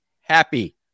happy